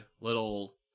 little